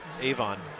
Avon